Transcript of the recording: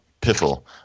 piffle